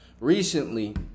recently